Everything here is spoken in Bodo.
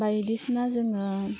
बायदिसिना जोङो